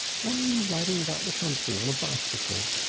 why are you riding about the country on a bicycle?